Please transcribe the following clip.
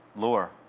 lower.